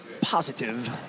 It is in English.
positive